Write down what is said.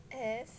as